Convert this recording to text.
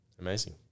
Amazing